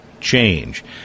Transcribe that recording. change